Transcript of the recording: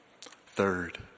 Third